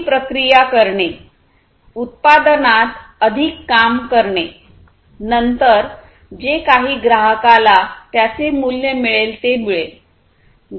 अतिप्रक्रिया करणे उत्पादनात अधिक काम करणे नंतर जे काही ग्राहकाला त्याचे मूल्य मिळेल ते मिळेल